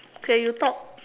okay you talk